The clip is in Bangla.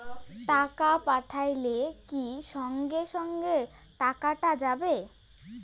টাকা পাঠাইলে কি সঙ্গে সঙ্গে টাকাটা যাবে?